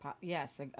Yes